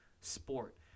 sport